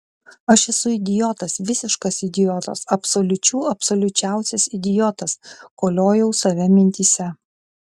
aš esu idiotas visiškas idiotas absoliučių absoliučiausias idiotas koliojau save mintyse